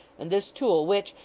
and this tool, which,